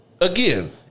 Again